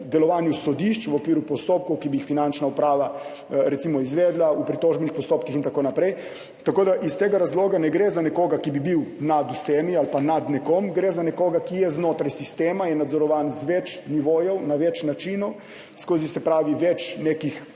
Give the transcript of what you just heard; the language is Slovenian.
delovanju sodišč v okviru postopkov, ki bi jih Finančna uprava recimo izvedla v pritožbenih postopkih in tako naprej, tako da iz tega razloga ne gre za nekoga, ki bi bil nad vsemi ali pa nad nekom, gre za nekoga, ki je znotraj sistema, je nadzorovan z več nivojev, na več načinov, skozi več nekih,